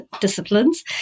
disciplines